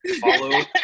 follow